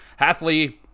Hathley